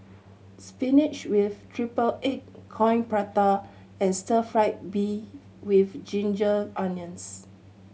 spinach with triple egg Coin Prata and stir fried beef with ginger onions